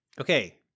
Okay